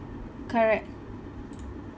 correct